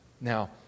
Now